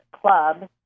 club